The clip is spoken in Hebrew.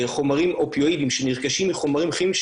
חומרים אופיואידיים שנרכשים מחומרים כימיים,